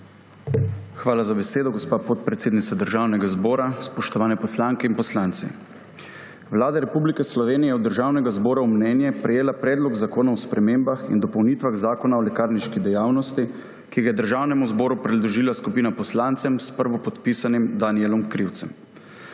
Hvala za besedo, gospa podpredsednica Državnega zbora. Spoštovane poslanke in poslanci! Vlada Republike Slovenije je od Državnega zbora v mnenje prejela Predlog zakona o spremembah in dopolnitvah Zakona o lekarniški dejavnosti, ki ga je Državnemu zboru predložila skupina poslancev s prvopodpisanim Danijelom Krivcem.